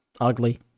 ugly